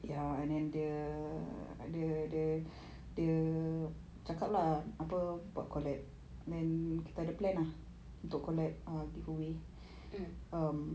mm